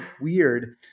weird